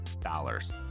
dollars